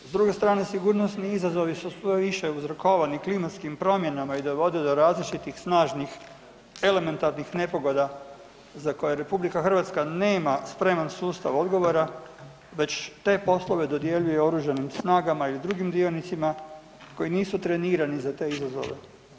S druge strane sigurnosni izazovi su sve više uzrokovani klimatskim promjenama i da vode do različitih snažnih elementarnih nepogoda za koje RH nema spreman sustav odgovora, već te poslove dodjeljuje oružanim snagama ili drugim dionicima koji nisu trenirani za te izazove.